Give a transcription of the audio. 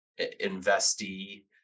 investee